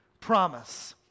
promise